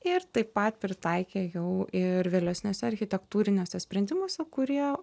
ir taip pat pritaikė jau ir vėlesniuose architektūriniuose sprendimuose kurie